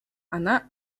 она